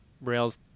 Rails